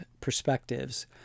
perspectives